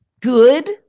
good